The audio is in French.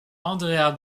andreas